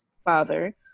father